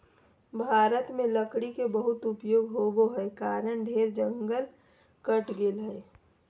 भारत में लकड़ी के बहुत उपयोग होबो हई कारण ढेर जंगल कट गेलय हई